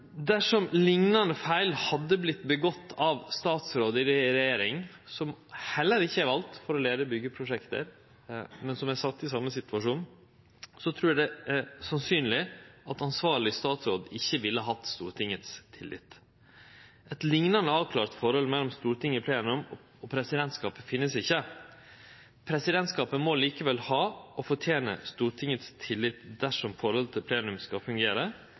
Dersom liknande feil hadde vorte gjort av ein statsråd i regjering, som heller ikkje er vald for å leie byggeprosjekt, men som er sett i same situasjon, trur eg det er sannsynleg at ansvarleg statsråd ikkje ville hatt Stortingets tillit. Eit liknande avklart forhold mellom Stortinget i plenum og presidentskapet finst ikkje. Presidentskapet må likevel ha – og fortene – Stortingets tillit dersom forholdet til plenum skal fungere.